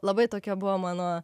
labai tokia buvo mano